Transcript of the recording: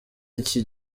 iki